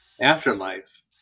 afterlife